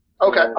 Okay